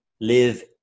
live